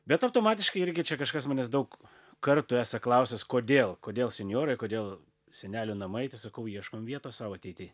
bet automatiškai irgi čia kažkas manęs daug kartų esa klausęs kodėl kodėl senjorai kodėl senelių namai tai sakau ieškom vietos sau ateity